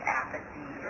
apathy